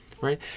Right